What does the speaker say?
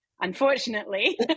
unfortunately